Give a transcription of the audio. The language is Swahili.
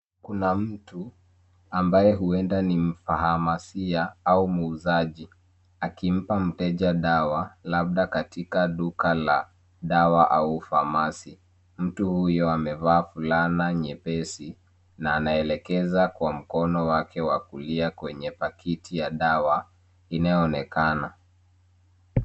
Kuna mtu ambaye huenda ni mfahamasia au muuzaji akimpa mteja dawa labda katika duka la dawa au famasi. Mtu huyo amevaa fulana nyepesi na anaelekeza kwa mkono wake wa kulia kwenye pakiti ya dawa inayoonekana.